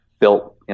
built